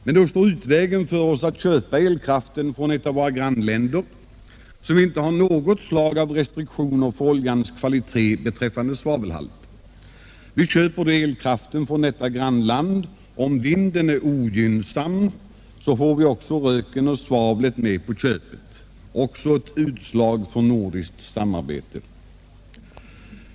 Men då står utvägen för oss att köpa elkraft från ett av våra grannländer, som inte har något slag av restriktioner för oljans kvalitet beträffande svavelhalt. Vi köper elkraften från detta grannland. Om vinden är ogynnsam får vi röken och svavlet med på köpet. Också ett utslag av nordiskt samarbete!